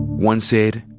one said,